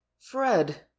Fred